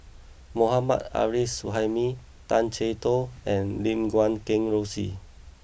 Mohammad Arif Suhaimi Tay Chee Toh and Lim Guat Kheng Rosie